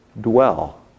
dwell